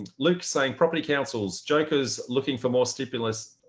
and luke's saying property councils'jokers looking for more stimulus.